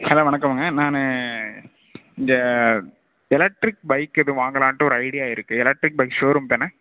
hello வணக்கமுங்க நான் இங்கே எலக்ட்ரிக் பைக் எதுவும் வாங்கலான்ட்டு ஒரு ஐடியா இருக்கு எலக்ட்ரிக் பைக் ஷோரூம் தானே